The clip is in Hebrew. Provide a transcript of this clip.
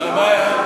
מה הבעיה?